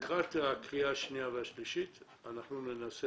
לקראת הקריאה השנייה והשלישית אנחנו ננסה